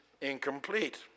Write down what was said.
incomplete